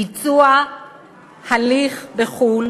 ביצוע הליך בחו"ל